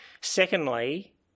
Secondly